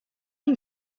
این